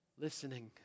listening